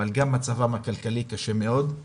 אבל גם מצבם הכלכלי קשה מאוד,